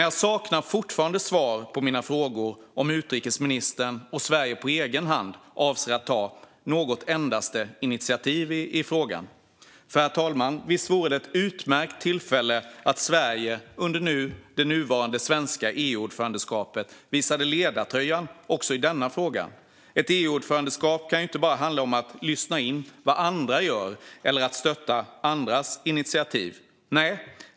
Jag saknar fortfarande svar på mina frågor om utrikesministern och Sverige på egen hand avser att ta något endaste initiativ i frågan. Visst vore det ett utmärkt tillfälle, herr talman, om Sverige under det nuvarande svenska EU-ordförandeskapet visade ledartröjan också i denna fråga? Ett EU-ordförandeskap kan inte bara handla om att lyssna in vad andra gör eller att stötta andras initiativ. Nej!